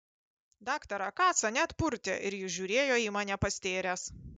daktarą kacą net purtė ir jis žiūrėjo į mane pastėręs